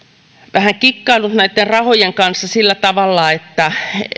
vähän kikkaillut näitten rahojen kanssa sillä tavalla että